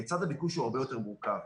צד הביקוש הוא הרבה יותר מורכב.